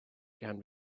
can